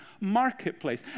marketplace